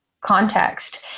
context